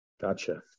gotcha